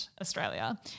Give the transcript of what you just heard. Australia